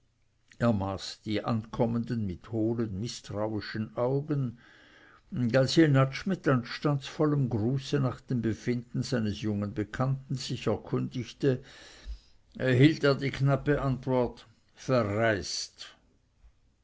maß die ankommenden mit hohlen mißtrauischen augen und als jenatsch mit anstandsvollem gruße nach dem befinden seines jungen bekannten sich erkundigte erhielt er die knappe antwort verreist